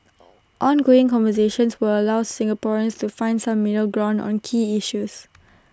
ongoing conversations will allow Singaporeans to find some middle ground on key issues